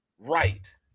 Right